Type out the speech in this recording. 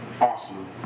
awesome